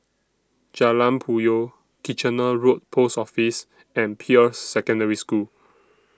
Jalan Puyoh Kitchener Road Post Office and Peirce Secondary School